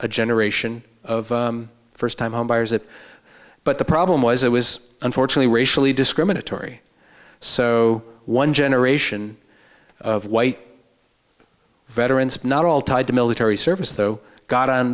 a generation of first time home buyers it but the problem was it was unfortunately racially discriminatory so one generation of white veterans not all tied to military service though got on